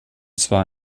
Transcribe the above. zwar